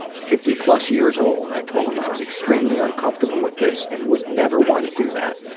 fifty plus years old. i told him i was extremely uncomfortable with this and would never want to do that.